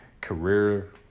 career